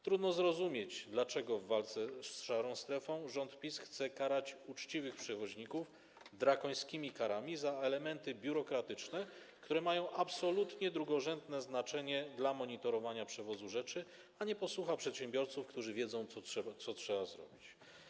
Trudno zrozumieć, dlaczego w walce z szarą strefą rząd PiS chce karać uczciwych przewoźników drakońskimi karami za elementy biurokratyczne, które mają absolutnie drugorzędne znaczenie dla monitorowania przewozu rzeczy, a nie posłucha przedsiębiorców, którzy wiedzą, co trzeba zrobić.